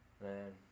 Man